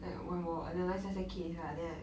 like when 我 analyse 那些 case lah then I